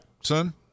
son